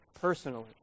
personally